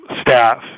staff